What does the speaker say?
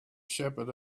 shepherd